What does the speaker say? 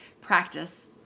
practice